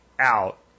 out